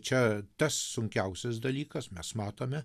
čia tas sunkiausias dalykas mes matome